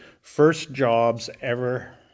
first-jobs-ever